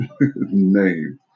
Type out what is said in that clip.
name